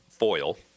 foil